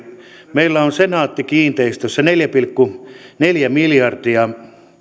meillä on senaatti kiinteistöissä neljä pilkku neljä miljardia